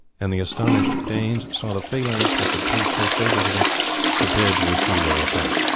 and the astonished danes saw the phalanx which had proved so fatal to them prepared to receive their attack.